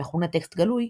המכונה טקסט גלוי,